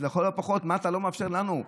אז לכל הפחות למה אתה לא מאפשר לנו?